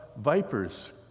vipers